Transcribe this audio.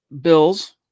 Bills